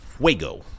Fuego